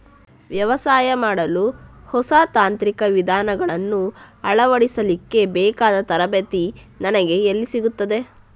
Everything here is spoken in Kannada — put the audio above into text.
ವ್ಯವಸಾಯ ಮಾಡಲು ಹೊಸ ತಾಂತ್ರಿಕ ವಿಧಾನಗಳನ್ನು ಅಳವಡಿಸಲಿಕ್ಕೆ ಬೇಕಾದ ತರಬೇತಿ ನನಗೆ ಎಲ್ಲಿ ಸಿಗುತ್ತದೆ?